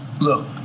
look